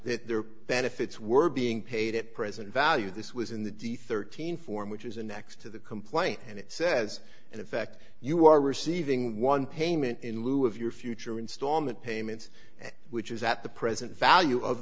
that their benefits were being paid at present value this was in the d thirteen form which is a next to the complaint and it says in effect you are receiving one payment in lieu of your future installment payments which is at the present value of